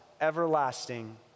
everlasting